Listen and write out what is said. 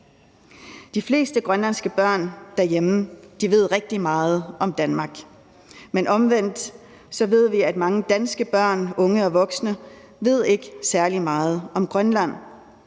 De fleste grønlandske børn derhjemme ved rigtig meget om Danmark, men omvendt ved vi, at mange danske børn, unge og voksne ikke ved særlig meget om Grønland.